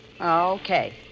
Okay